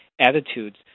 attitudes